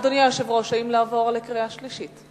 אדוני היושב-ראש, האם לעבור לקריאה שלישית?